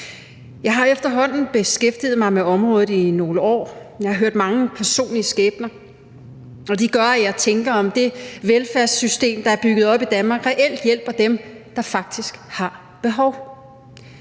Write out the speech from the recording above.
Jeg har efterhånden beskæftiget mig med området i nogle år. Jeg har hørt mange personlige skæbner. Og de gør, at jeg overvejer, om det velfærdssystem, der er bygget op i Danmark, reelt hjælper dem, der faktisk har behov.